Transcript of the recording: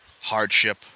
hardship